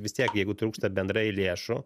vis tiek jeigu trūksta bendrai lėšų